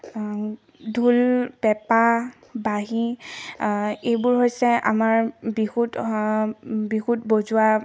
ঢোল পেঁপা বাঁহী এইবোৰ হৈছে আমাৰ বিহুত বিহুত বজোৱা